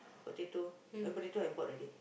potato oh potato I bought already